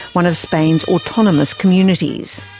one of spain's autonomous communities.